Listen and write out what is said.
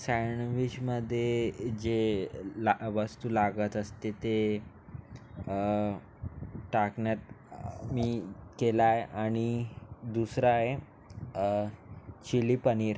सॅणविचमध्ये जे ला वस्तू लागत असते ते टाकण्यात मी केलाय आणि दुसरा आहे चिली पनीर